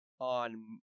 on